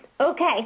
Okay